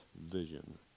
vision